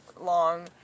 long